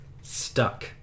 stuck